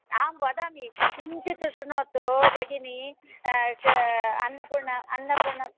अहं वदामि किञ्चित् श्रुणोतु भगिनी अन्नपूर्ण अन्नपूर्ण